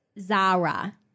Zara